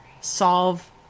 solve